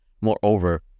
Moreover